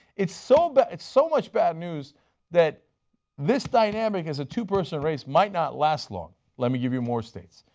it so but is so much bad news that this dynamic is a two-person race might not last long. let me give you more states,